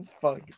Fuck